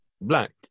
black